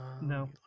No